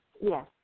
yes